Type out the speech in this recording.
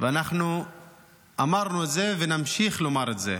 אנחנו אמרנו את זה ונמשיך לומר את זה,